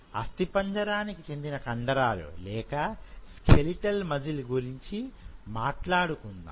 అస్థిపంజరాన్ని చెందిన కండరాలు లేకస్కెలిటల్ మజిల్ గురించి మాట్లాడుకుందాం